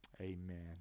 Amen